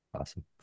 awesome